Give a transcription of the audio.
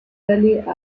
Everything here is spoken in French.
vallée